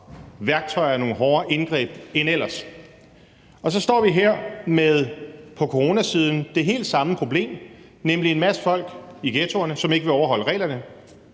værktøjer, nogle hårdere indgreb end ellers. Og så står vi her på coronasiden med det helt samme problem, nemlig en masse folk i ghettoerne, som ikke vil overholde reglerne.